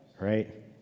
right